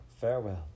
farewell